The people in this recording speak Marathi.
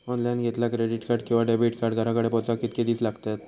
ऑनलाइन घेतला क्रेडिट कार्ड किंवा डेबिट कार्ड घराकडे पोचाक कितके दिस लागतत?